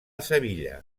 sevilla